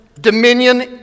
dominion